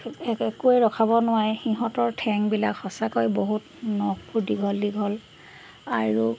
একোৱে ৰখাব নোৱাৰে সিহঁতৰ ঠেংবিলাক সঁচাকৈ বহুত নখবোৰ দীঘল দীঘল আৰু